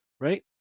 right